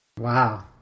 wow